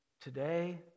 today